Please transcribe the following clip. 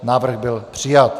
Návrh byl přijat.